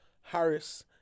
Harris